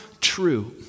true